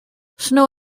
snow